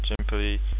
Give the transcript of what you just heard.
simply